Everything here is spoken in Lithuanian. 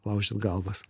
laužyt galvas